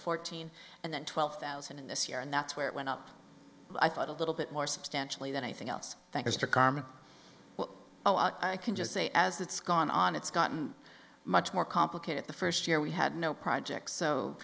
fourteen and then twelve thousand in this year and that's where it went up i thought a little bit more substantially than anything else thanks to carm a lot i can just say as it's gone on it's gotten much more complicated the first year we had no projects so